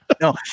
No